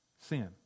sin